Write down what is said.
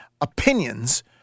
opinions